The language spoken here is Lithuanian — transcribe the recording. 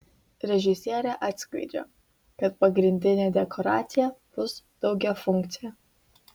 režisierė atskleidžia kad pagrindinė dekoracija bus daugiafunkcė